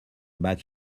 back